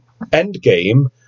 Endgame